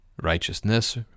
Righteousness